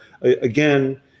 again